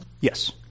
Yes